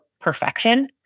perfection